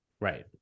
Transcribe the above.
Right